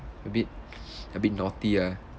a bit a bit naughty ah